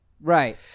Right